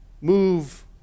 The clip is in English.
move